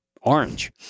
orange